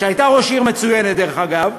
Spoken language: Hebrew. שהייתה ראש עיר מצוינת, דרך אגב,